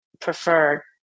prefer